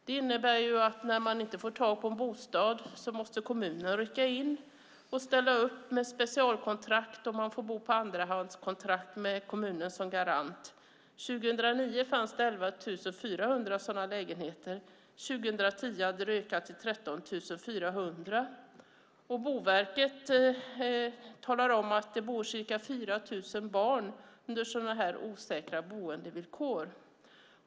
Det innebär att när man inte får tag i en bostad måste kommunerna rycka in och ställa upp med specialkontrakt, och man får bo med andrahandskontrakt med kommunen som garant. År 2009 fanns det 11 400 sådana lägenheter. År 2010 hade antalet ökat till 13 400. Enligt Boverket bor det ca 4 000 barn under sådana osäkra boendevillkor.